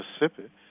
Mississippi